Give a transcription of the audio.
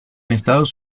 estados